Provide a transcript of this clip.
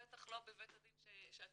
בטח לא בבית הדין שאתם